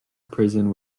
prison